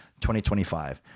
2025